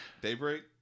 Daybreak